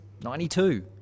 92%